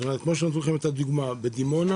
ניתנה כאן הדוגמה של נפטר תושב דימונה